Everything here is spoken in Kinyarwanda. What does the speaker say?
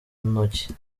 ntoki